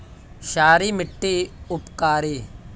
क्षारी मिट्टी उपकारी?